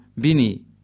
bini